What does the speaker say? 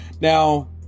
Now